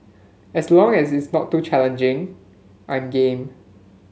as long as it's not too challenging I'm game